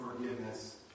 forgiveness